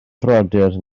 frodyr